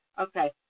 okay